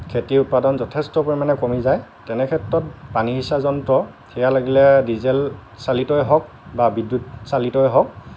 খেতিৰ উৎপাদন যথেষ্ট পৰিমাণে কমি যায় তেনেক্ষেত্ৰত পানী সিঁচা যন্ত্ৰ সেয়া লাগিলে ডিজেল চালিতয়েই হওক বা বিদ্যুৎ চালিতয়েই হওক